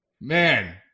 Man